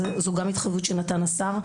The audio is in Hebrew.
גם זו התחייבות שנתן השר.